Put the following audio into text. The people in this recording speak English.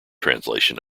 translation